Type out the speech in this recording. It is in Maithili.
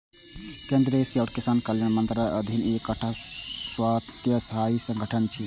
केंद्रीय कृषि आ किसान कल्याण मंत्रालयक अधीन ई एकटा स्वायत्तशासी संगठन छियै